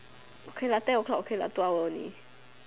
okay lah ten o'clock okay lah two hours only